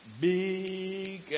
big